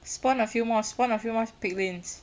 spawned a few more spawn a few more piglings